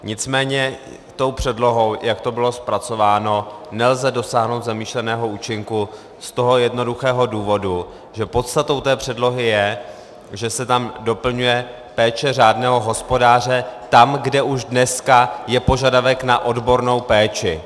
Nicméně tou předlohou, jak to bylo zpracováno, nelze dosáhnout zamýšleného účinku z toho jednoduchého důvodu, že podstatou té předlohy je, že se doplňuje péče řádného hospodáře tam, kde už dneska je požadavek na odbornou péči.